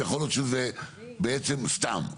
ויכול להיות שזה בעצם סתם,